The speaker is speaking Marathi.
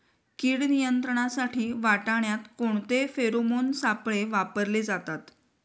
कीड नियंत्रणासाठी वाटाण्यात कोणते फेरोमोन सापळे वापरले जातात?